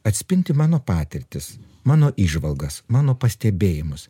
atspindi mano patirtis mano įžvalgas mano pastebėjimus